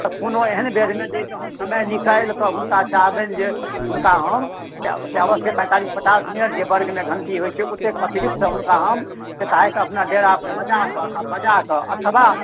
कोनो एहन बेरमे जे हम समय निकालि कऽ हुनका चाहबनि जे हुनका हम अवश्ये चालिससँ पचास मिनट जे वर्गमे घण्टी होइत छै ओहिसँ अतिरिक्त हुनका हम चाहे तऽ अपना डेरापर बजा कऽ आ बजा कऽ अथवा